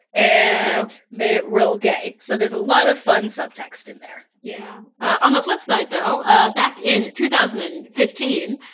and made it real gay. so there's a lot of fun subtext in there. v yeah. on the flip side, though, ah back in two thousand and fifteen,